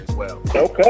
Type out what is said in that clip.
Okay